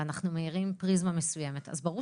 ואנחנו מאירים פריזמה מסוימת אז ברור